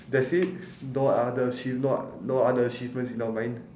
that's it no other achieve~ no o~ no other achievements in your mind